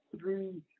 three